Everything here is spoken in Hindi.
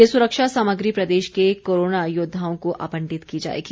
ये सुरक्षा सामग्री प्रदेश के कोरोना योद्वाओं को आबंटित की जाएगी